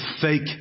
fake